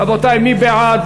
רבותי, מי בעד?